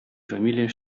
familie